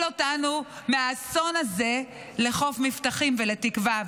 אותנו מהאסון הזה לחוף מבטחים ולתקווה.